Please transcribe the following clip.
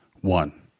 one